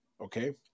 Okay